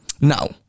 Now